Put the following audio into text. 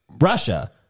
Russia